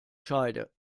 scheide